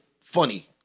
funny